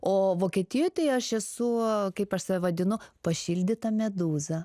o vokietijoj tai aš esu kaip aš save vadinu pašildyta medūza